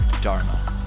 Dharma